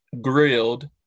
grilled